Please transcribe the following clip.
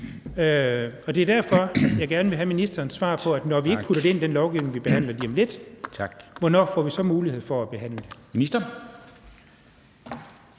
Det er derfor, jeg gerne vil have ministerens svar på, hvornår vi, når vi ikke putter det ind i den lovgivning, vi behandler lige om lidt, så får mulighed for at behandle det.